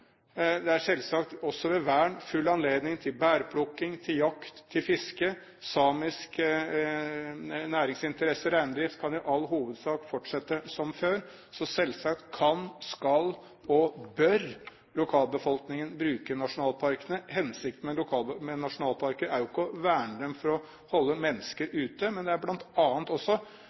Det er selvsagt også ved vern full anledning til bærplukking, til jakt og til fiske. Samiske næringsinteresser – reindrift – kan i all hovedsak fortsette som før. Selvsagt kan, skal og bør lokalbefolkningen bruke nasjonalparkene. Hensikten med nasjonalparker er jo ikke å verne dem for å holde mennesker ute, men det er bl.a. også